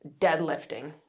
deadlifting